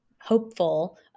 hopeful